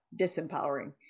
disempowering